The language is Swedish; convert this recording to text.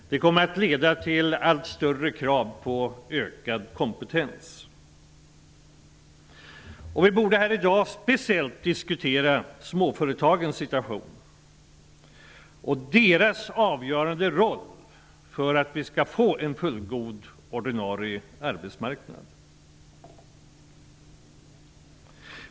Det kommer att leda till allt större krav på ökad kompetens. Vi borde här i dag särskilt diskutera småföretagens situation och deras avgörande roll för att vi skall få en fullgod ordinarie arbetsmarknad.